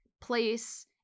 place